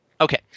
Okay